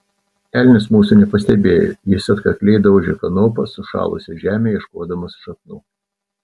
elnias mūsų nepastebėjo jis atkakliai daužė kanopa sušalusią žemę ieškodamas šaknų